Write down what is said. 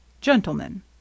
Gentlemen